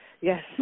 Yes